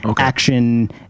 action